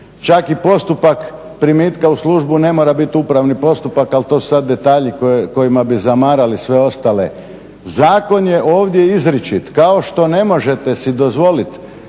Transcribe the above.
Čak i postupak primitka u službu ne mora biti upravni postupak, ali to su sad detalji kojima bi zamarali sve ostale. Zakon je ovdje izričit, kao što ne možete si dozvolit